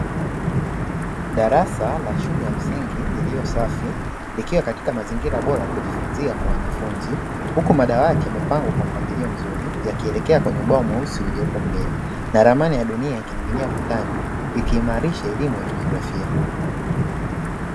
Darasa la shule ya msingi lililo safi, likiwa katika mazingira bora ya kujifunzia kwa wanafunzi, huku madawati yamepangwa kwa mpangilio mzuri, yakielekea kwenye ubao mweusi uliopo mbele na ramani iliyopo ukutani ikiimarisha elimu ya kijiografia.